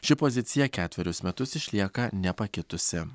ši pozicija ketverius metus išlieka nepakitusi